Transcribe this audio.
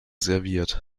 serviert